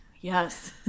Yes